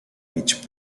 mig